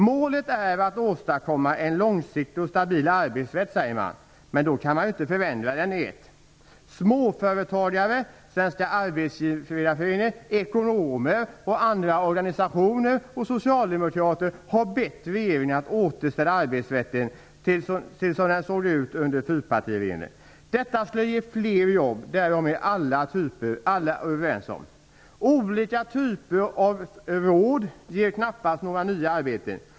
Målet är att åstadkomma en långsiktig och stabil arbetsrätt, säger man. Men då kan man inte förändra den stup i ett. Småföretagare, Svenska arbetsgivareföreningen, ekonomer, andra organisationer och socialdemokrater har bett regeringen att återställa arbetsrätten till den form den hade under fyrpartiregeringen. Detta skulle ge fler jobb, därom är alla överens. Olika typer av råd ger knappast några nya arbeten.